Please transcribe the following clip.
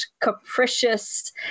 capricious